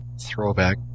throwback